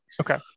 Okay